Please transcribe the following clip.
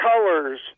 colors